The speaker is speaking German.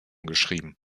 geschrieben